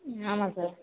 ம் ஆமாம் சார்